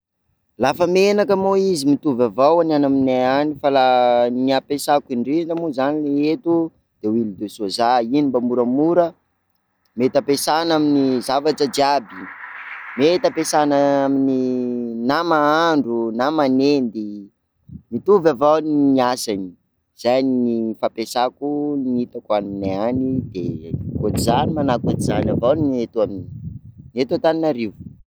La fa menaka moa izy mitovy avao ny aminay any, fa raha ny ampiasako indrindra moa zany le eto de huile de soja, iny mba moramora, mety ampiasana amin'ny zavatra jiaby, mety ampiasana amin'ny na mahandro na manendy, mitovy avao lie ny asany, zay ny fampiasako, ny hitako aminay any de ohatr'izany manahiky ohatr'izany ny eto amin'ny- eto Antananarivo.